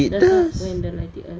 it does